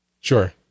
Sure